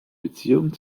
beziehung